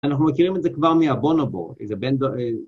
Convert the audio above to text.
אנחנו מכירים את זה כבר מאבונובור, איזה בן...